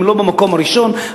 אם לא במקום הראשון,